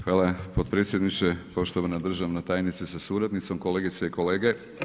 Hvala, potpredsjedniče, poštovana državna tajnice sa suradnicom, kolegice i kolege.